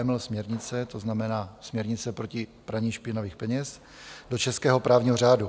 AML směrnice, to znamená směrnice proti praní špinavých peněz, do českého právního řádu.